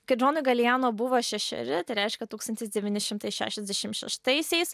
kaip džonui galijano buvo šešeri tai reiškia tūkstantis devyni šimtai šešiasdešim šeštaisiais